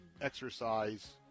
exercise